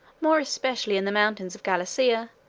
more especially in the mountains of gallicia,